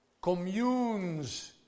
Communes